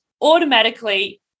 automatically